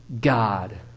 God